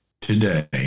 today